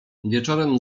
wieczorem